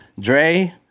Dre